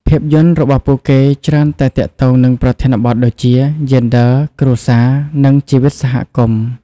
ភាពយន្តរបស់ពួកគេច្រើនតែទាក់ទងនឹងប្រធានបទដូចជា យេនឌ័រ គ្រួសារ និងជីវិតសហគមន៍។